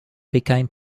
became